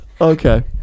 Okay